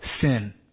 sin